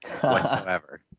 whatsoever